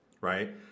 right